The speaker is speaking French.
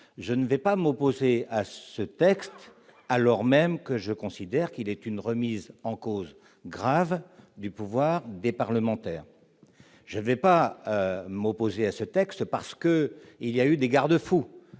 je ne vais pas m'opposer à ce texte, alors même que je considère qu'il est une remise en cause grave du pouvoir des parlementaires, je vais pas m'opposer à ce texte parce que il y a eu des garde-fous